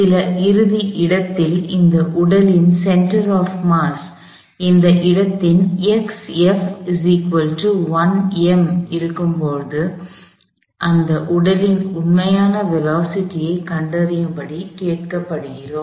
சில இறுதி இடத்தில் இந்த உடலின் சென்டர் ஆப் மாஸ் இந்த இடத்தில் இருக்கும்போது அந்த உடலின் உண்மையான வேலோஸிட்டி ஐ கண்டறியும்படி கேட்கப்படுகிறோம்